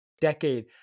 decade